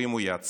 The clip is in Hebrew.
ואם הוא ייעצר,